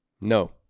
No